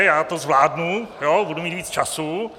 Já to zvládnu, budu mít víc času.